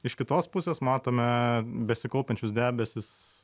iš kitos pusės matome besikaupiančius debesis